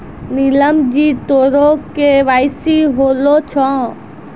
नीलम जी तोरो के.वाई.सी होलो छौं?